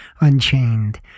Unchained